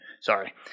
sorry